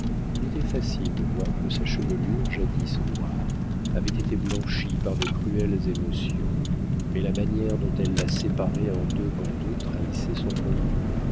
il était facile de voir que sa chevelure jadis noire avait été blanchie par de cruelles émotions mais la manière dont elle la séparait en deux bandeaux trahissait son bon goût